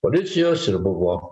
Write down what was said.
policijos ir buvo